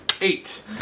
Eight